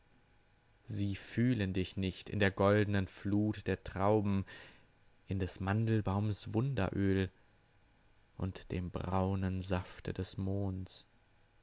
sie fühlen dich nicht in der goldnen flut der trauben in des mandelbaums wunderöl und dem braunen safte des mohns